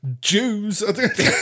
Jews